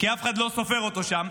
כי אף אחד לא סופר אותו שם.